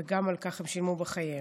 וגם על כך הם שילמו בחייהם.